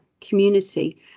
community